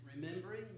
remembering